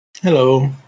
Hello